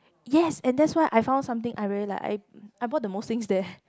yes and that's why I found something I really like I I bought the most things there